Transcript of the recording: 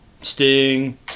Sting